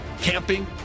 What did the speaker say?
camping